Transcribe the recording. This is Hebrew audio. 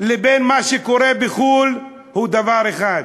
לבין מה שקורה בחו"ל הוא דבר אחד,